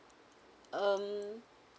um